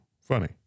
funny